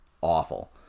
awful